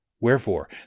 Wherefore